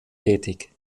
tätig